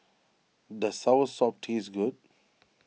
does Soursop taste good